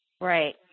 Right